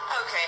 Okay